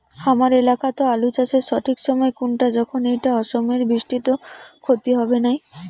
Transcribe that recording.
হামার এলাকাত আলু চাষের সঠিক সময় কুনটা যখন এইটা অসময়ের বৃষ্টিত ক্ষতি হবে নাই?